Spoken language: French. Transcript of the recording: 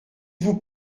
vous